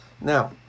Now